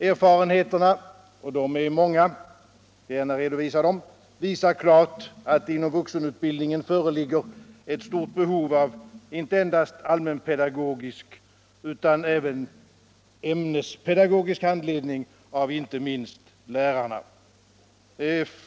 Erfarenheterna — och de är många; jag skall gärna redovisa dem -— visar klart att det inom vuxenundervisningen föreligger ett stort behov av inte endast allmänpedagogisk utan även ämnespedagogisk handledning av inte minst lärarna.